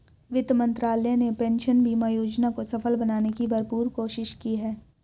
वित्त मंत्रालय ने पेंशन बीमा योजना को सफल बनाने की भरपूर कोशिश की है